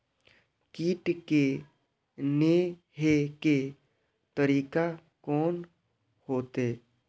कीट के ने हे के तरीका कोन होते?